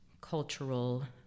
cultural